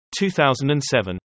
2007